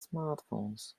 smartphones